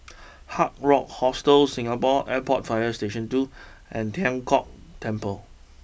Hard Rock Hostel Singapore Airport fire Station two and Tian Kong Temple